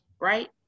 right